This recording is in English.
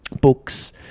books